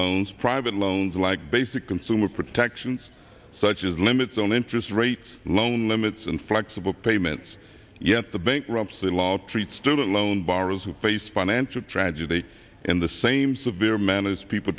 loans private loans like basic consumer protections such as limits on interest rates loan limits and flexible payments yet the bankruptcy law treats student loan borrowers who face financial tragedy in the same severe man as people